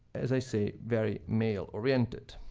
as i said, very male-oriented.